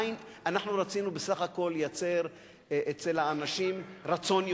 אנחנו רצינו בסך הכול לייצר אצל האנשים יותר רצון,